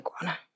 iguana